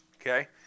Okay